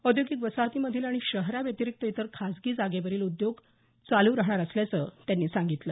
औद्योगिक वसाहतीमधील आणि शहराव्यतिरिक्त ईतर खाजगी जागेवरील उद्योग चालू राहणार असल्याचं त्यांनी सांगितलं